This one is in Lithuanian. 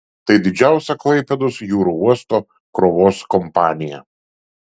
tai didžiausia klaipėdos jūrų uosto krovos kompanija